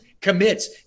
Commits